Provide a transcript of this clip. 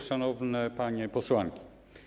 Szanowne Panie Posłanki!